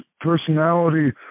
personality